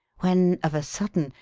when, of a sudden,